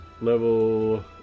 Level